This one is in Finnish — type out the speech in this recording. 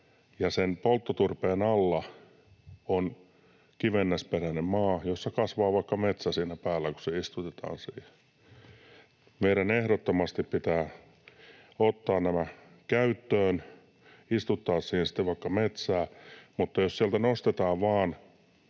ja sen polttoturpeen alla on kivennäisperäinen maa, jossa kasvaa vaikka metsä siinä päällä, kun se istutetaan siihen. Meidän pitää ehdottomasti ottaa nämä käyttöön, istuttaa siihen vaikka metsää. Mutta jos sieltä nostetaan vain